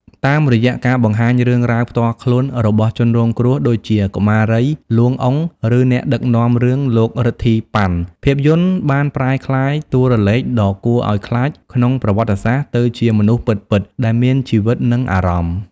តាមរយៈការបង្ហាញរឿងរ៉ាវផ្ទាល់ខ្លួនរបស់ជនរងគ្រោះ ដូចជាកុមារី លួង អ៊ុង ឬអ្នកដឹកនាំរឿង លោក រិទ្ធី ប៉ាន់ ភាពយន្តបានប្រែក្លាយតួលេខដ៏គួរឲ្យខ្លាចក្នុងប្រវត្តិសាស្ត្រទៅជាមនុស្សពិតៗ ដែលមានជីវិត និងអារម្មណ៍។